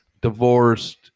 divorced